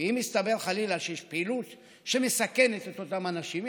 אם יסתבר חלילה שיש פעילות שמסכנת את אותם אנשים,